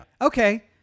Okay